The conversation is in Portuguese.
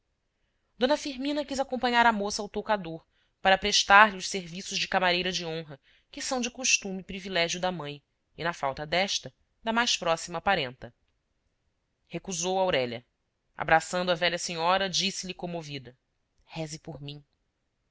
d firmina quis acompanhar a moça ao toucador para prestar lhe os serviços de camareira de honra que são de costume e privilégio da mãe e na falta desta da mais próxima parenta recusou aurélia abraçando a velha senhora disse-lhe comovida reze por mim